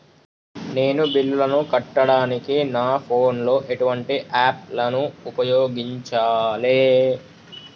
నేను బిల్లులను కట్టడానికి నా ఫోన్ లో ఎటువంటి యాప్ లను ఉపయోగించాలే?